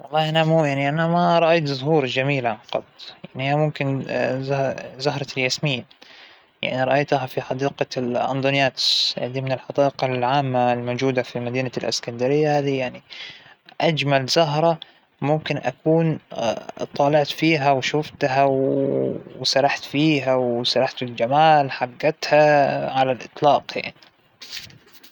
لأ ما عنا لعبة نحب نلعبها، أعتقد إن لعبة الصراحة هى أكثر لعبة ممكن نلعبها مع الأصدقاء، إنه مسلى يوم ممتع أو بس لكن ما عنا لعبة، نحنا يوم نتجمع نجلس نسولف نحكى وين كنا ووين صرنا، كيف الأولاد، كيف صارت حياتنا، لوين وصلت، لكن ما بنجلس نلعب كبرنا على هذى الشغلات.